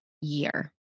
year